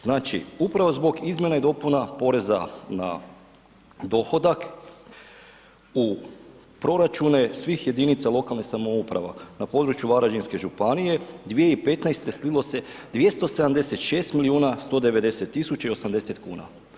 Znači upravo zbog izmjena i dopuna poreza na dohodak, u proračune svih jedinica lokalnih samouprava, na području Varaždinske županije, 2015. slilo 276 milijuna 190 080 kuna.